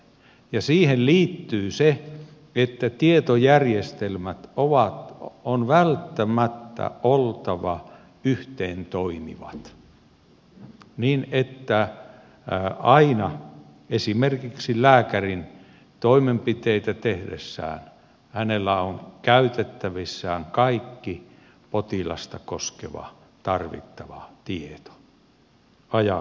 ja siihen liittyy se että tietojärjestelmien on välttämättä oltava yhteentoimivat niin että esimerkiksi lääkärillä toimenpiteitä tehdessään on aina käytettävissä kaikki potilasta koskeva tarvittava tieto ajantasaisena